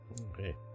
Okay